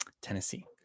Tennessee